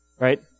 Right